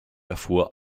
erfuhr